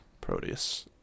Proteus